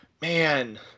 man